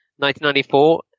1994